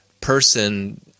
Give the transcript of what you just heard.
person